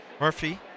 Murphy